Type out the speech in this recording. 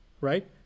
right